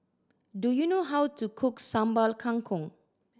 do you know how to cook Sambal Kangkong